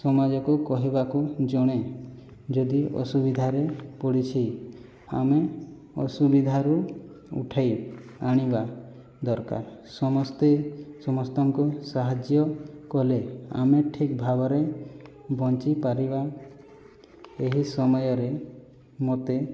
ସମାଜକୁ କହିବାକୁ ଜଣେ ଯଦି ଅସୁବିଧାରେ ପଡ଼ିଛି ଆମେ ଅସୁବିଧାରୁ ଉଠାଇ ଆଣିବା ଦରକାର ସମସ୍ତେ ସମସ୍ତଙ୍କୁ ସାହାଯ୍ୟ କଲେ ଆମେ ଠିକ୍ ଭାବରେ ବଞ୍ଚିପାରିବା ଏହି ସମୟରେ ମୋତେ